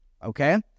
Okay